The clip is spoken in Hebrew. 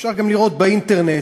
אפשר גם לראות באינטרנט,